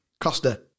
Costa